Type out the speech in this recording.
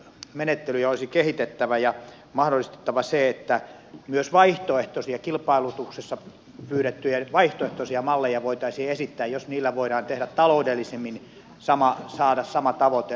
näitä tilaamismenettelyjä olisi kehitettävä ja mahdollistettava se että myös kilpailutuksessa pyydettyjä vaihtoehtoisia malleja voitaisiin esittää jos niillä voidaan taloudellisemmin saada sama tavoite aikaan